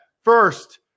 first